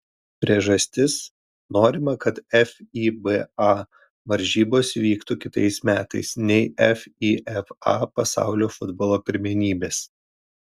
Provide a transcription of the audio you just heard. priežastis norima kad fiba varžybos vyktų kitais metais nei fifa pasaulio futbolo pirmenybės